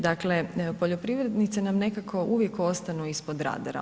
Dakle, poljoprivrednice nam nekako uvijek ostanu ispod radara.